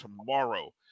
tomorrow